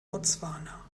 botswana